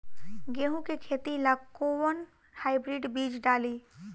गेहूं के खेती ला कोवन हाइब्रिड बीज डाली?